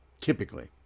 typically